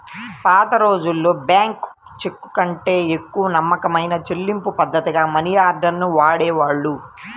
పాతరోజుల్లో బ్యేంకు చెక్కుకంటే ఎక్కువ నమ్మకమైన చెల్లింపుపద్ధతిగా మనియార్డర్ ని వాడేవాళ్ళు